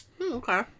okay